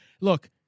look